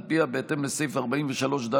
שעל פיה בהתאם לסעיף 43ד(ד)